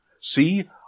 See